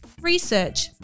research